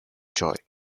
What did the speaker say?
joy